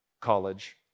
college